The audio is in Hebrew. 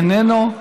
איננו.